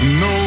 no